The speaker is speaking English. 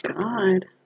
God